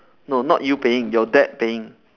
no not you paying your dad paying